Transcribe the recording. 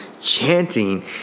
chanting